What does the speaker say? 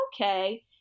Okay